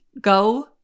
Go